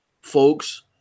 folks